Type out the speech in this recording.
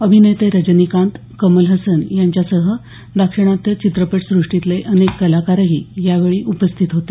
अभिनेते रजनीकांत कमल हसन यांच्यासह दाक्षिणात्य चित्रपटसृष्टीतले अनेक कलाकारही यावेळी उपस्थित होते